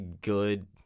good